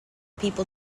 people